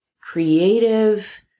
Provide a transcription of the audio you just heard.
creative